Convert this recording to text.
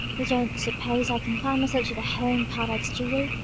you don't suppose i confine myself to the home paddocks, do you?